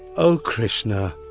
o krishna,